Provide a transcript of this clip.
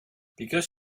because